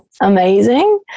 amazing